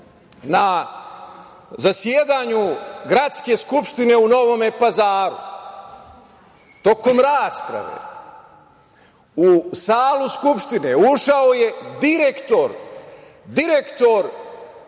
na zasedanju gradske skupštine u Novom Pazaru, tokom rasprave u salu Skupštine ušao je direktor Doma